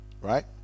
right